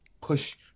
push